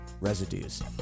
residues